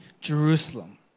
Jerusalem